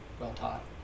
well-taught